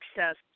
access